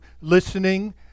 listening